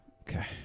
Okay